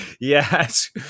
yes